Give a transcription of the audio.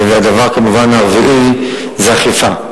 הדבר הרביעי, אכיפה.